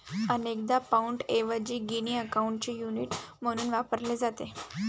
अनेकदा पाउंडऐवजी गिनी अकाउंटचे युनिट म्हणून वापरले जाते